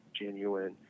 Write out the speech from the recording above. genuine